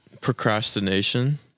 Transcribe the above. procrastination